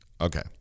Okay